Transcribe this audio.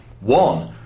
One